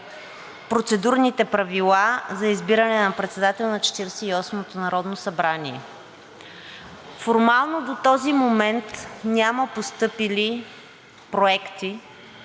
процедурните правила за избиране на председател на Четиридесет и осмото народно събрание. Формално до този момент няма постъпили проекти